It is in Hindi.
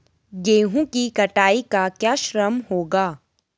गेहूँ की कटाई का क्या श्रम होगा?